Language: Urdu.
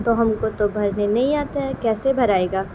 تو ہم کو تو بھرنے نہیں آتا ہے کیسے بھرائے گا